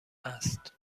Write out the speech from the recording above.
است